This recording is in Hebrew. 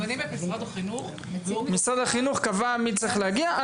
משרד החינוך קבע מי צריך להגיע.